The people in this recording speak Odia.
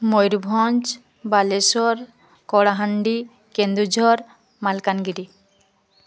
ମୟୂରଭଞ୍ଜ ବାଲେଶ୍ଵର କଳାହାଣ୍ଡି କେନ୍ଦୁଝର ମାଲକାନଗିରି